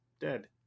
dead